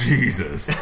Jesus